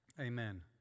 Amen